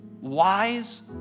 wise